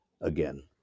again